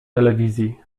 telewizji